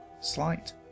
slight